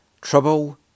Trouble